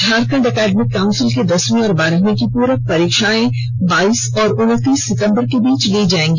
Jharkhand academic council की दसवीं और बारहवीं की पूरक परीक्षाएं बाइस से उनतीस सितंबर के बीच ली जाएगी